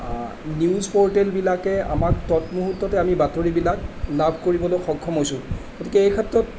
news পৰ্টেলবিলাকে আমাক তৎমূহুৰ্ত্ততে আমাক বাতৰিবিলাক লাভ কৰিবলৈ সক্ষম হৈছোঁ গতিকে এই ক্ষেত্ৰত